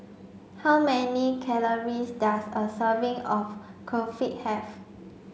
how many calories does a serving of Kulfi have